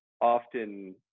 often